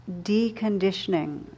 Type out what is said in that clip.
deconditioning